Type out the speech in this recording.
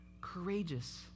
courageous